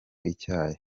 icyayi